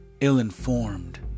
ill-informed